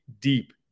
deep